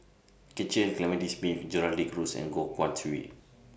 Cecil Clementi Smith Gerald De Cruz and Goh Guan Siew